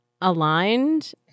aligned